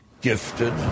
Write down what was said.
gifted